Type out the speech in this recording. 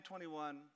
2021